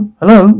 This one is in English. hello